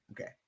Okay